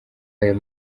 ayo